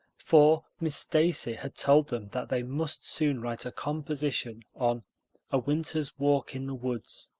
for miss stacy had told them that they must soon write a composition on a winter's walk in the woods,